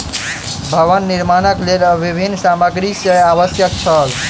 भवन निर्माणक लेल विभिन्न सामग्री के आवश्यकता छल